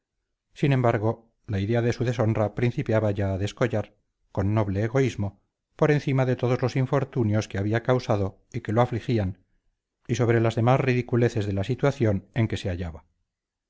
sin embargo la idea de su deshonra principiaba ya a descollar con noble egoísmo por encima de todos los infortunios que había causado y que lo afligían y sobre las demás ridiculeces de la situación en que se hallaba